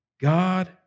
God